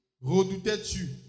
redoutais-tu